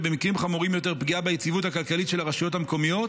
ובמקרים חמורים יותר פגיעה ביציבות הכלכלית של הרשויות המקומיות,